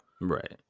Right